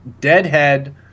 Deadhead